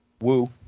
Woo